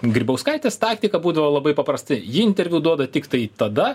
grybauskaitės taktika būdavo labai paprasti ji interviu duoda tiktai tada